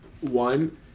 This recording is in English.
one